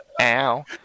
Ow